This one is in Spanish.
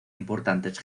importantes